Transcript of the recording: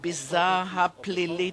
הביזה הפלילית,